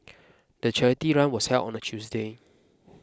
the charity run was held on a Tuesday